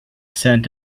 scent